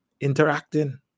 interacting